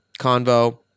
convo